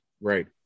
Right